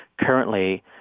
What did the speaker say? currently